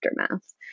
aftermath